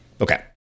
Okay